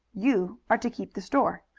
you are to keep the store.